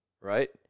right